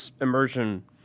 immersion